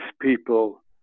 people